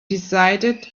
decided